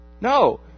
No